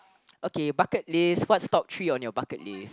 okay bucket list what's top three on your bucket list